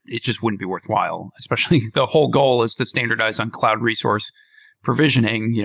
it just wouldn't be worthwhile, especially the whole goal is to standardize on cloud resource provisioning.